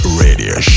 radio